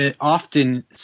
often